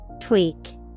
Tweak